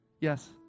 Yes